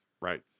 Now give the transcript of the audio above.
right